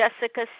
Jessica